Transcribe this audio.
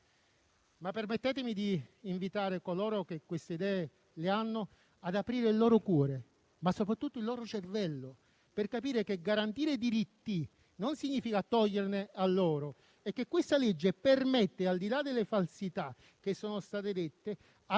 Permettetemi di invitare coloro che queste idee le hanno ad aprire il loro cuore, ma soprattutto il loro cervello per capire che garantire diritti non significa toglierne a loro e che questa legge, al di là delle falsità che sono state dette, permette